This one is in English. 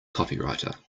copywriter